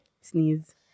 Sneeze